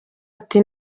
ati